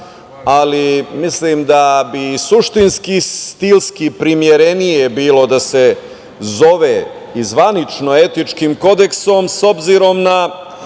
ali mislim da bi suštinski, stilski primerenije bilo da se zove i zvanično „etičkim kodeksom“ s obzirom na